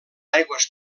aigües